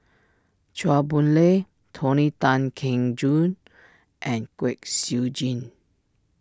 Chua Boon Lay Tony Tan Keng Joo and Kwek Siew Jin